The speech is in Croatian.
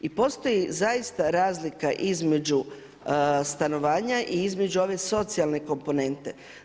I postoji zaista razlika između stanovanja i između ove socijalne komponente.